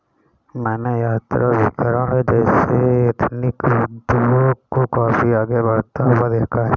मैंने यात्राभिकरण जैसे एथनिक उद्योग को काफी आगे बढ़ता हुआ देखा है